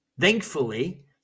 Thankfully